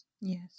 yes